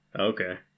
Okay